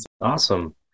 Awesome